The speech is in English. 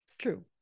true